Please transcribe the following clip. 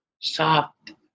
soft